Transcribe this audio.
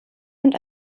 und